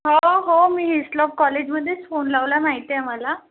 हो हो मी हिस्टलॉप कॉलेजमधेच फोन लावला माहीत आहे मला